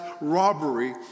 robbery